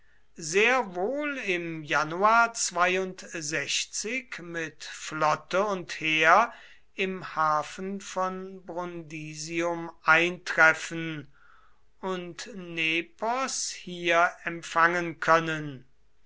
sehr wohl im januar mit flotte und heer im hafen von brundisium eintreffen und nepos hier empfangen können